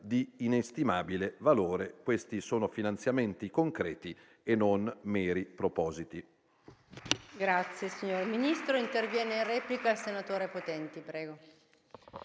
di inestimabile valore. Si tratta di finanziamenti concreti e non di meri propositi.